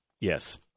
Yes